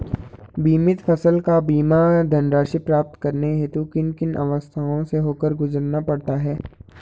बीमित फसल का बीमा धनराशि प्राप्त करने हेतु किन किन अवस्थाओं से होकर गुजरना पड़ता है?